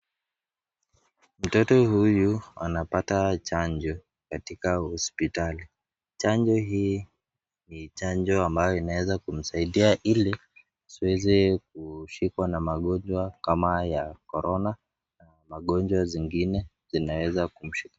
Mtoto huyu anapata chanjo katika hospitali. Chanjo hii ni chanjo ambayo inaweza kumsaidia ili asiweze kushikwa na magonjwa kama ya Corona na magonjwa zingine zinaweza kumshika.